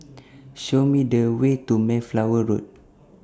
Show Me The Way to Mayflower Road